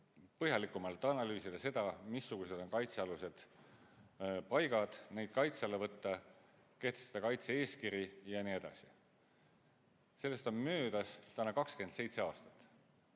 põhjalikumalt analüüsida seda, missugused on kaitsealused paigad, neid kaitse alla võtta, kehtestada kaitse-eeskiri ja nii edasi. Sellest on möödas täna 27 aastat.